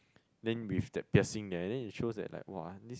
then with the piercing and then it shows that like !wah! this